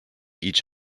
each